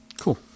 Cool